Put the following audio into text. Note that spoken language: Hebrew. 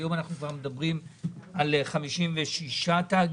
היום אנחנו כבר מדברים על 56 תאגידים,